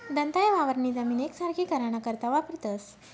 दंताये वावरनी जमीन येकसारखी कराना करता वापरतंस